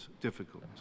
difficult